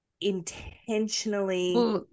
Intentionally